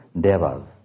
devas